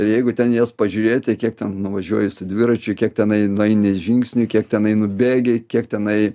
ir jeigu ten jas pažiūrėti kiek ten nuvažiuoji su dviračiu kiek tenai nueini žingsnių kiek tenai nubėgi kiek tenai